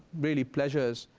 really, pleasures